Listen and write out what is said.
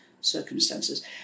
circumstances